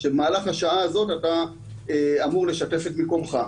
שבמהלך השעה הזאת אתה אמור לשתף את מיקומך.